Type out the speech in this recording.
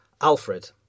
Alfred